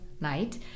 night